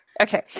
Okay